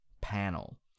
panel